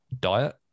diet